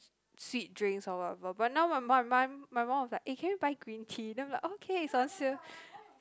sweet drinks or whatever but now my mum my my mum was like eh can you buy green tea then I'm like okay it's on sale